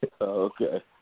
Okay